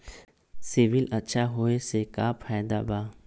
CIBIL अच्छा होऐ से का फायदा बा?